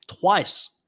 twice